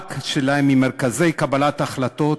והמרחק שלהם ממרכזי קבלת ההחלטות,